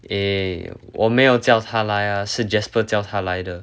eh 我没有叫他来 ah 是 jasper 叫他来的